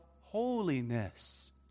holiness